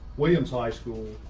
williams high school,